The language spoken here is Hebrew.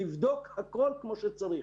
לבדוק הכול כמו שצריך.